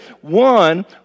one